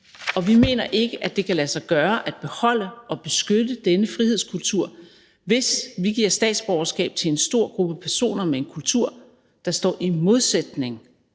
Og vi mener ikke, at det kan lade sig gøre at beholde og beskytte denne frihedskultur, hvis vi giver statsborgerskab til en stor gruppe personer med en kultur, der står i modsætning